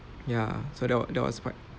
ya so that was that was quite